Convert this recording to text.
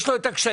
יש לו את הקשיים,